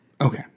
Okay